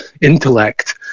intellect